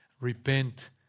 repent